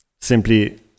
simply